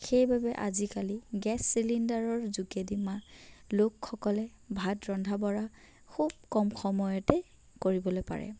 সেইবাবে আজিকালি গেছ চিলিণ্ডাৰৰ যোগেদি মা লোকসকলে ভাত ৰন্ধা বঢ়া খুব কম সময়তেই কৰিবলৈ পাৰে